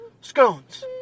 Scones